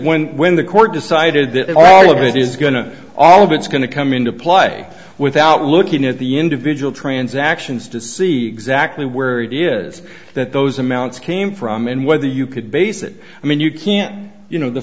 when when the court decided that all of this is going to all of it's going to come into play without looking at the individual transactions to see exactly where it is that those amounts came from and whether you could base that i mean you can't you know the